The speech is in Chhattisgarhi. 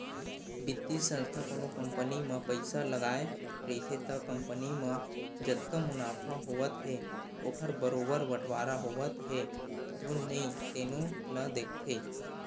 बित्तीय संस्था कोनो कंपनी म पइसा लगाए रहिथे त कंपनी म जतका मुनाफा होवत हे ओखर बरोबर बटवारा होवत हे धुन नइ तेनो ल देखथे